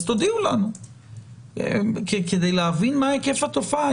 אז תודיעו לנו כדי להבין מה היקף התופעה.